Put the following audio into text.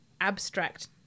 abstract